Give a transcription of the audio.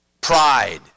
Pride